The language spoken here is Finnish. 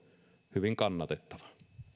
hyvin kannatettava